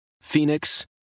Phoenix